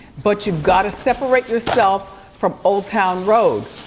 but you've gotta separate yourself from old town road,